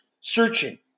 searching